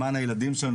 למען הילדים שלנו,